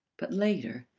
but later,